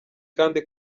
kandi